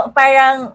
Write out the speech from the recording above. parang